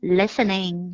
listening